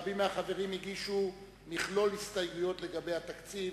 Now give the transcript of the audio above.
רבים מהחברים הגישו מכלול הסתייגויות הנוגעות לתקציב,